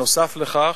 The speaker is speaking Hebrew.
נוסף על כך,